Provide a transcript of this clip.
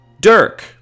Dirk